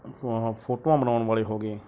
ਫੋਟੋਆਂ ਬਣਾਉਣ ਵਾਲੇ ਹੋ ਗਏ